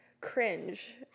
cringe